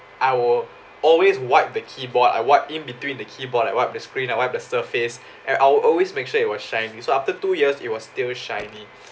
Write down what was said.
I will always wipe the keyboard I wipe in between the keyboard I wipe the screen I wipe the surface and I'll always make sure it was shiny so after two years it was still shiny